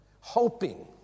hoping